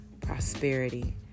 prosperity